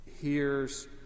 hears